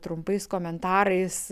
trumpais komentarais